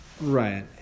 Right